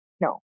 no